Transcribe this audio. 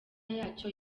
yacyo